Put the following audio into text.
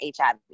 HIV